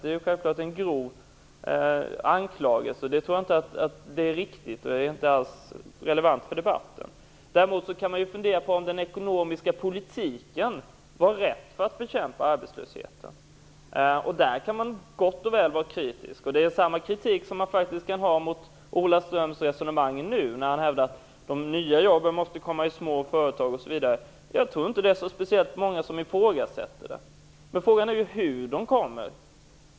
Det är självklart en grov anklagelse. Jag tror inte att det är riktigt och det är inte alls relevant för debatten. Däremot kan man fundera på om den ekonomiska politiken var rätt för att bekämpa arbetslösheten. Där kan man gott och väl vara kritisk. Det är samma kritik som kan riktas mot Ola Ströms resonemang nu, när han hävdar att de nya jobben måste komma i små företag osv. Jag tror inte att det är så speciellt många som ifrågasätter det. Men frågan är hur de kommer.